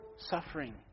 suffering